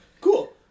Cool